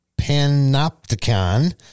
panopticon